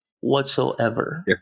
whatsoever